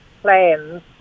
plans